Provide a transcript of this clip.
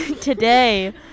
today